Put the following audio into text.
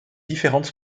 différentes